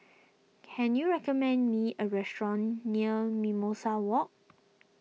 can you recommend me a restaurant near Mimosa Walk